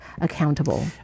accountable